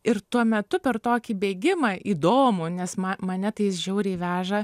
ir tuo metu per tokį bėgimą įdomų nes ma mane tai jis žiauriai veža